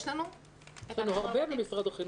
יש לנו הרבה אנשים.